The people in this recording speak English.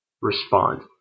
respond